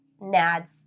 nads